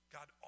God